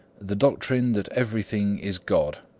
the doctrine that everything is god,